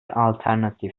alternatif